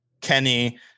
Kenny